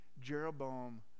jeroboam